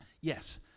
Yes